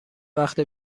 وقت